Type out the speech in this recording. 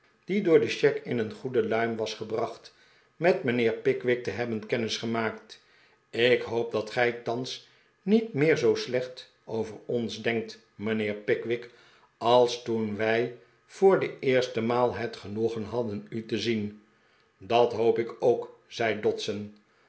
die door de cheque in een goede luim was gebracht met mijnheer pickwick te hebben kennis gemaakt ik hoop dat gij thans niet meer zoo slecht over ons denkt mijnheer pickwick als toen wij voor de eerste maal het genoegen hadden u te zien dat hoop ik ook zei dodson